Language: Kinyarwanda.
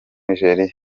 nigeria